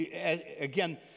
again